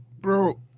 bro